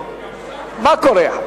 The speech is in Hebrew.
מה קורה?